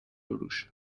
روش